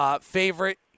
favorite